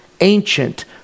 ancient